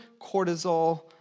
cortisol